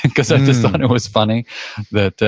because i just thought it was funny that